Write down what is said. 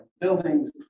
buildings